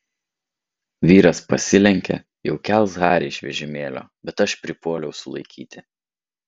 vyras pasilenkė jau kels harį iš vežimėlio bet aš pripuoliau sulaikyti